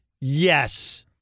yes